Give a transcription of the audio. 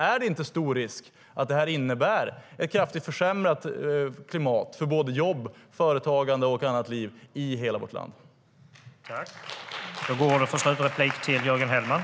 Är det inte stor risk att det innebär ett kraftigt försämrat klimat för såväl jobb och företagande som annat liv, i hela vårt land?